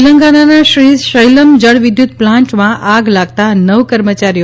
તેલંગાણાના શ્રીશૈલમ જળવિદ્યુત પ્લાન્ટમાં આગ લાગતાં નવ કર્મચારીઓ